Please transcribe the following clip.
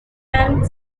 and